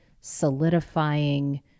solidifying